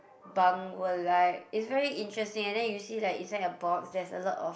bunk were like is very interesting and then you see like inside a box there's a lot of